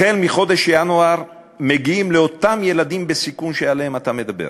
החל מחודש ינואר מגיעים לאותם ילדים בסיכון שעליהם אתם מדבר.